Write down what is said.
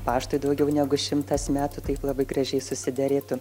paštui daugiau negu šimtas metų tai labai gražiai susiderėtų